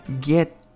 get